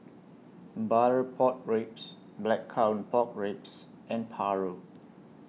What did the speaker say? Butter Pork Ribs Blackcurrant Pork Ribs and Paru